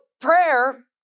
prayer